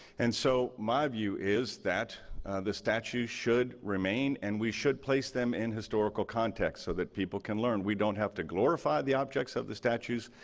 and so, my view is that the statues should remain, and we should place them in historical context so that people can learn. we don't have to glorify the objects of the statues.